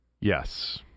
yes